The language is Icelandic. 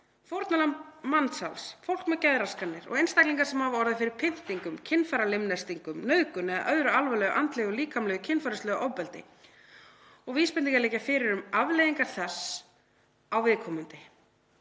fórnarlömb mansals, fólk með geðraskanir og einstaklingar sem hafa orðið fyrir pyndingum, kynfæralimlestingum, nauðgun eða öðru alvarlegu andlegu, líkamlegu eða kynferðislegu ofbeldi og vísbendingar liggja fyrir um afleiðingar þess á viðkomandi.“